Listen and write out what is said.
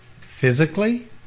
physically